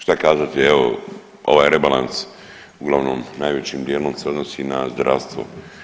Šta kazati evo ovaj rebalans uglavnom najvećim dijelom se odnosi na zdravstvo.